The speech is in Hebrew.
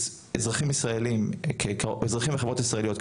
אזרחים וחברות ישראליות,